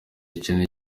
kinini